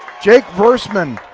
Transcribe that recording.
jake versemann,